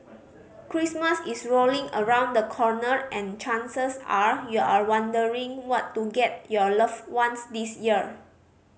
Christmas is rolling around the corner and chances are you're wondering what to get your loved ones this year